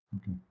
Okay